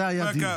זה היה הדיון.